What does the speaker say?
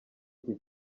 iki